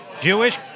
Jewish